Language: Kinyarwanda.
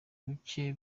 buke